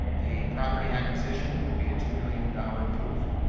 the property acquisition would be a two million dollar move,